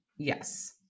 Yes